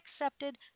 accepted